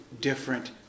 different